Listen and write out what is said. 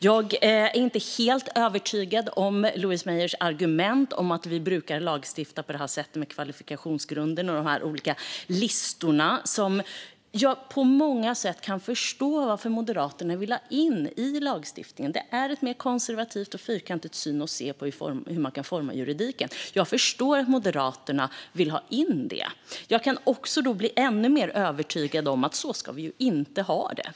Jag är inte helt övertygad om Louise Meijers argument att vi brukar lagstifta på det här sättet med kvalifikationsgrunder och olika listor. Jag kan på många sätt förstå varför Moderaterna vill ha in detta i lagstiftningen. Det är ett mer konservativt och fyrkantigt sätt att se på hur man kan forma juridiken, men jag blir ännu mer övertygad om att vi inte ska ha det så.